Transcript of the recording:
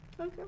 Okay